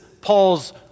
Paul's